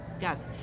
guys